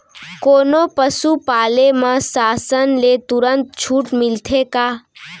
कोनो पसु पाले म शासन ले तुरंत छूट मिलथे का?